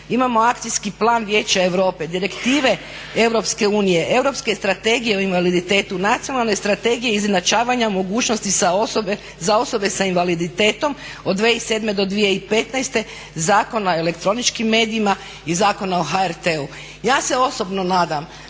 Imamo Akcijski plan Vijeća Europe, Direktive Europske unije, Europske strategije o invaliditetu, Nacionalne strategije izjednačavanja mogućnosti za osobe sa invaliditetom od 2007. do 2015., Zakona o elektroničkim medijima i Zakona o HRT-u. Ja se osobno nadam